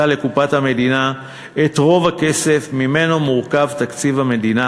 לקופת המדינה את רוב הכסף שממנו מורכב תקציב המדינה